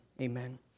amen